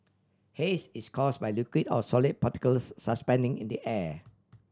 haze is cause by liquid or solid particles suspending in the air